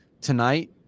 tonight